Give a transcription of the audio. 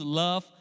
love